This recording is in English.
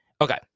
Okay